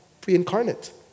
pre-incarnate